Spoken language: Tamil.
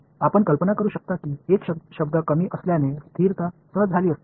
ஒரு வெளிப்பாடு குறைவாக இருப்பதால் ஸ்டாடிக்ஸ் எளிதாக இருந்திருக்கும் என்று நீங்கள் கற்பனை செய்யலாம்